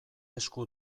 esku